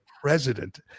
president